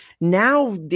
now